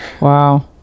wow